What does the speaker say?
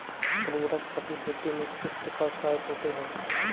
उर्वरक फसल वृद्धि में किस प्रकार सहायक होते हैं?